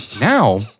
Now